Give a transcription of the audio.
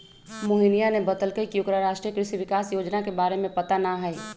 मोहिनीया ने बतल कई की ओकरा राष्ट्रीय कृषि विकास योजना के बारे में पता ना हई